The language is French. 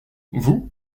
vous